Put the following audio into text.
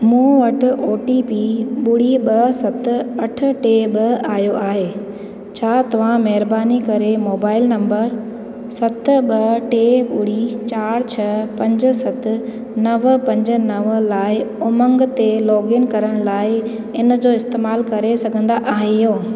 मूं वटि O T P ॿुड़ी ॿ सत अठ टे ॿ आयो आहे छा तव्हां महिरबानी करे मोबाइल नंबर सत ॿ टे ॿुड़ी चारि छह पंज सत नव पंज नव लाइ उमंग ते लॉगइन करण लाइ इन जो इस्तेमालु करे सघंदा आहियो